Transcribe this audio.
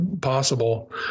possible